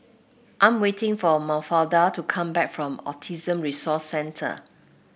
I'm waiting for Mafalda to come back from Autism Resource Centre